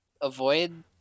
avoid